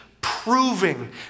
proving